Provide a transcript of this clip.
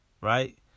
right